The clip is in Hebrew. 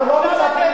באמת,